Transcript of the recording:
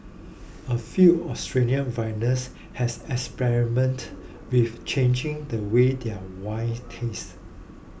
a few Australian vintners has experimented with changing the way their wines taste